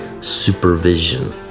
supervision